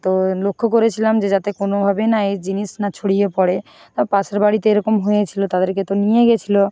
তো লক্ষ্য করেছিলাম যে যাতে কোনোভাবেই না এই জিনিস না ছড়িয়ে পড়ে তা পাশের বাড়িতে এরকম হয়েছিলো তাদেরকে তো নিয়ে গেছিলো